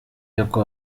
y’uko